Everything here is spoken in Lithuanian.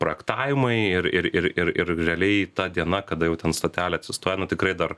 projektavimai ir ir ir ir realiai ta diena kada jau ten stotelę atsistojame tikrai dar